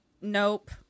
nope